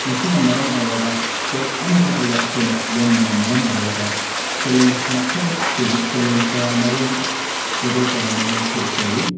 ꯃꯁꯤꯅ ꯃꯔꯝ ꯑꯣꯏꯔꯒ ꯁ꯭ꯇꯦꯠ ꯑꯃ ꯈꯛꯇꯗ ꯑꯩꯈꯣꯏꯅ ꯂꯣꯟꯕꯅ ꯃꯔꯝ ꯑꯣꯏꯔꯒ ꯆꯦꯂꯦꯟꯁ ꯃꯈꯜ ꯆꯦꯂꯦꯟꯁ ꯀꯌꯥꯃꯔꯨꯝ ꯏꯁꯇ꯭ꯔꯛꯒꯜ ꯀꯌꯥꯃꯔꯨꯝ ꯐꯦꯁ ꯇꯧꯏ